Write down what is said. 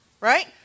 right